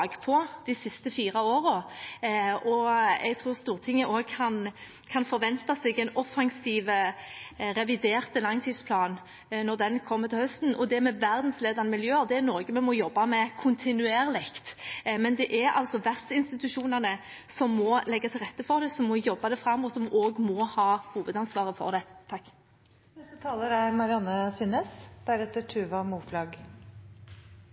vært bakpå de siste fire årene. Jeg tror Stortinget kan forvente seg en offensiv revidert langtidsplan når den kommer til høsten. Når det gjelder verdensledende miljøer, er det noe vi må jobbe med kontinuerlig, men det er vertsinstitusjonene som må legge til rette for det, som må jobbe det fram, og som også må ha hovedansvaret for det. Jeg er